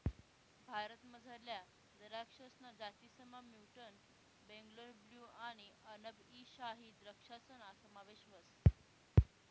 भारतमझारल्या दराक्षसना जातीसमा म्युटंट बेंगलोर ब्लू आणि अनब ई शाही द्रक्षासना समावेश व्हस